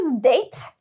date